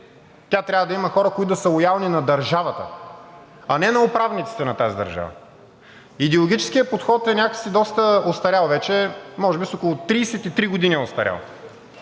тя трябва да има хора, които да са лоялни на държавата, а не на управниците на тази държава. Идеологическият подход е някак доста остарял вече – може би с около 33 години е остарял.